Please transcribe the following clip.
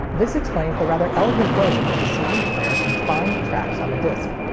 this explains the rather elegant way in which a cd player can find tracks on a disc.